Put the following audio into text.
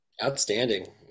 outstanding